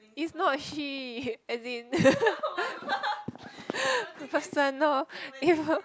it's not a she as in personal info